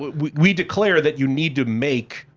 we we declare that you need to make,